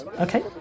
okay